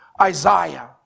Isaiah